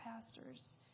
pastors